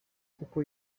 kuko